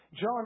John